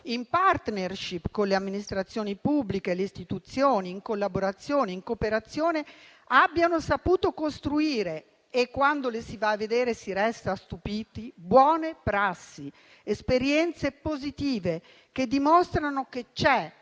in *partnership* con le amministrazioni pubbliche e le Istituzioni, in collaborazione e in cooperazione, abbiano saputo costruire - e quando le si va a vedere, si resta stupiti - buone prassi, esperienze positive che dimostrano che c'è